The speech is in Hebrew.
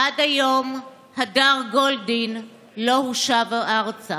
עד היום הדר גולדין לא הושב ארצה,